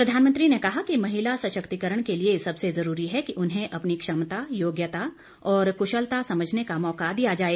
प्रधानमंत्री ने कहा कि महिला सशक्तिकरण के लिए सबसे जरूरी है कि उन्हें अपनी क्षमता योग्यता और कुशलता समझने का मौका दिया जाए